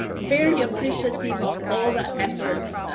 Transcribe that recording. very appreciative of all the efforts